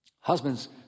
Husbands